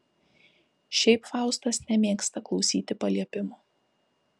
šiaip faustas nemėgsta klausyti paliepimų